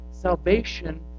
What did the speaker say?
salvation